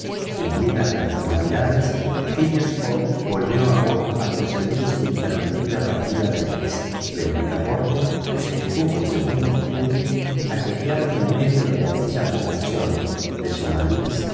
cumplidas las formalidades phileas fogg volvió a bordo a proseguir su interrumpida partida de whist pero picaporte se detuvo según su costumbre callejeando en medio de aquella población de somalíes